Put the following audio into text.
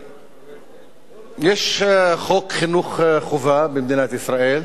יש חוק חינוך חובה במדינת ישראל,